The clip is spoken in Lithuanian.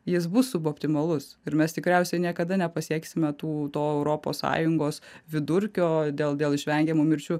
jis bus suboptimalus ir mes tikriausiai niekada nepasieksime tų to europos sąjungos vidurkio dėl dėl išvengiamų mirčių